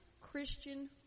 Christian